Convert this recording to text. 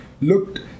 looked